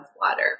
water